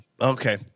Okay